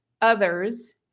others